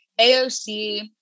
AOC